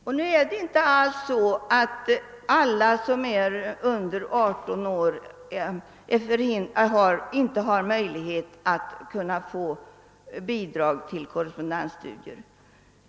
Det förhåller sig inte på det sättet att de studerande som inte fyllt 18 år skulle sakna möjlighet att erhålla bidrag till korrespondensstudier.